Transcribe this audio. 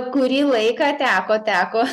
kurį laiką teko teko